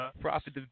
Profit